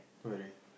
really